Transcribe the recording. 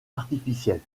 artificiels